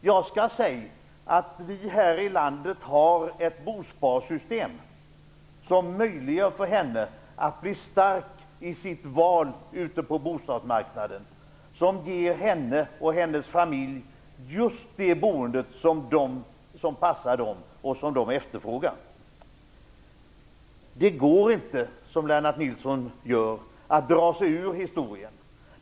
Jag säger att vi här i landet har ett bosparsystem som möjliggör för henne att bli stark i sitt val ute på bostadsmarknaden, som ger henne och hennes familj just det boende som passar dem och som de efterfrågar. Det går inte att, som Lennart Nilsson gör, dra sig ur historien.